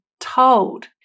told